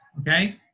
okay